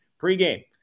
pregame